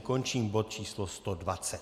Končím bod číslo 120.